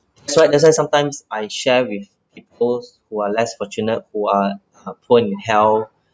that's right that's why sometimes I share with peoples who are less fortunate who are poor in health